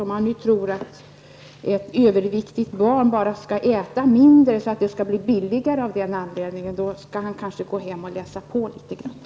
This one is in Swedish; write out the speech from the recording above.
Om Sven-Gösta Signell tror att ett överviktigt barn skall äta mindre endast av den anledningen att kostnaden blir lägre, tror jag nog att han behöver läsa på ämnet litet grand.